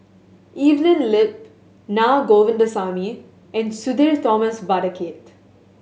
Evelyn Lip Naa Govindasamy and Sudhir Thomas Vadaketh